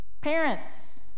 parents